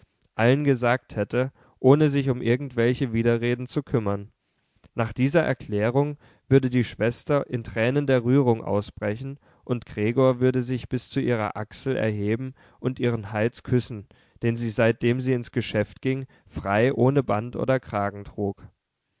allen gesagt hätte ohne sich um irgendwelche widerreden zu kümmern nach dieser erklärung würde die schwester in tränen der rührung ausbrechen und gregor würde sich bis zu ihrer achsel erheben und ihren hals küssen den sie seitdem sie ins geschäft ging frei ohne band oder kragen trug